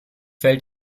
fällt